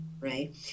right